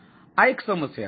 તેથી આ એક સમસ્યા છે